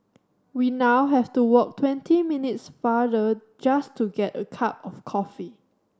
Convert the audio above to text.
we now have to walk twenty minutes farther just to get a cup of coffee